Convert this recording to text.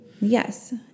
Yes